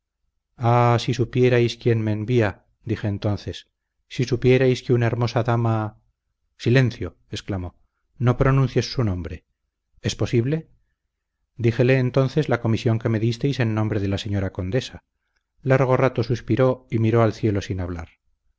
ah si supierais quién me envía dije entonces si supierais que una hermosa dama silencio exclamó no pronuncies su nombre es posible díjele entonces la comisión que me disteis en nombre de la señora condesa largo rato suspiró y miró al cielo sin hablar